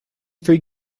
three